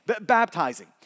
baptizing